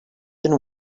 than